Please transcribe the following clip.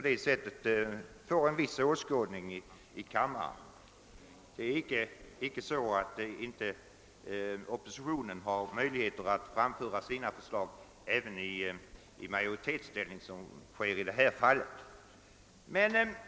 Det förhåller sig alltså icke så att oppositionen inte har möjlighet att även framföra sina förslag i majoritetsställning.